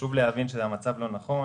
חשוב להבין שזה מצב לא נכון.